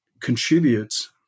contributes